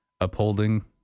upholding